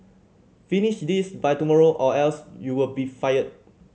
finish this by tomorrow or else you'll be fired